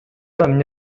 эмне